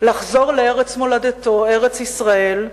לחזור לארץ מולדתו, ארץ-ישראל,